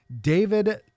David